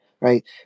right